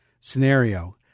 scenario